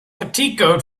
kattiko